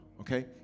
Okay